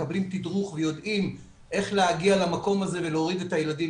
מקבלים תדרוך ויודעים איך להגיע למקום הזה ולהוריד את הילדים